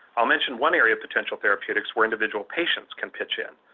i'll mention one area of potential therapeutics where individual patients can pitch in.